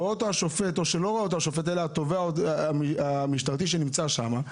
רואה אותו השופט או התובע המשטרתי שנמצא שם,